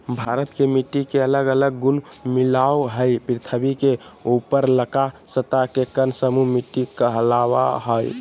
भारत के मिट्टी के अलग अलग गुण मिलअ हई, पृथ्वी के ऊपरलका सतह के कण समूह मिट्टी कहलावअ हई